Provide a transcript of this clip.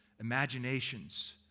imaginations